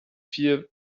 vier